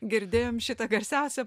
girdėjom šitą garsiausią